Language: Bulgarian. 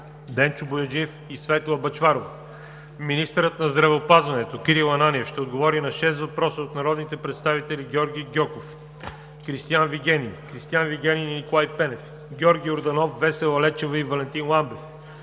Денчо Бояджиев и Светла Бъчварова; - министърът на здравеопазването Кирил Ананиев ще отговори на шест въпроса от народните представители Георги Гьоков и Кристиан Вигенин; Кристиан Вигенин и Николай Пенев; Георги Йорданов, Весела Лечева и Валентин Ламбев;